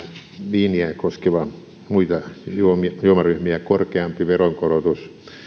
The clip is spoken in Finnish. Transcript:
viiniä koskeva muita juomaryhmiä korkeampi veronkorotus